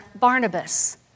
Barnabas